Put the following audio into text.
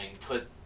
put